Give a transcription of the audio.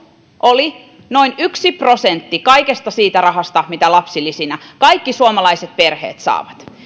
oli noin yksi prosentti kaikesta siitä rahasta mitä lapsilisinä kaikki suomalaiset perheet saavat